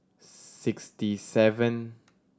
sixty seven